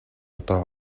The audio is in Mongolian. удаа